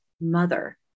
mother